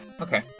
Okay